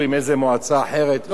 איך אפשר לחבר את המועצות האלה?